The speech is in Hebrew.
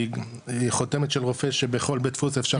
כי חותמת של רופא שבכל בית דפוס אפשר